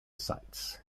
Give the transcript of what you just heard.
sites